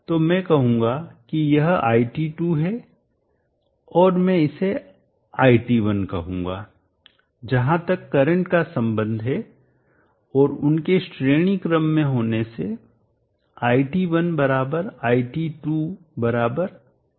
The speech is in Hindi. तो मैं कहूँगा कि यह iT2 है और मैं इसे iT1 कहूँगा जहाँ तक करंट का संबंध है और उनके श्रेणी क्रम में होने से iT1 iT2 iT